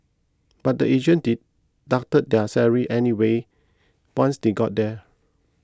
but the agent deducted their salaries anyway once they got there